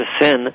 sin